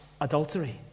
adultery